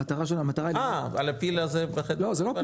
המטרה שלנו -- אה, על הפיל הזה בחדר לא דיברתם.